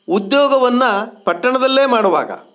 ಉದ್ಯೋಗವನ್ನು ಪಟ್ಟಣದಲ್ಲೇ ಮಾಡುವಾಗ